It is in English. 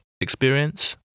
experience